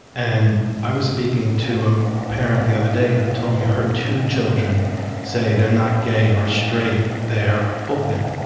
and i was speaking to a parent the other day who told me her two children say they're not gay or straight. they're open,